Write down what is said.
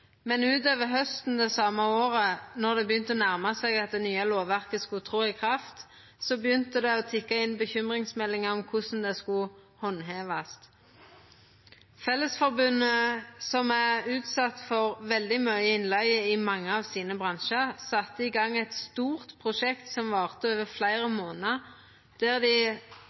Men utover hausten det same året, då det begynte å nærma seg at det nye lovverket skulle tre i kraft, begynte det å tikka inn bekymringsmeldingar om korleis det skulle handhevast. Fellesforbundet, som er utsett for veldig mykje innleige i mange av sine bransjar, sette i gang eit stort prosjekt som varte over fleire månader, der dei skulle gje så mange tillitsvalde som mogleg opplæring og handteringsverktøy som dei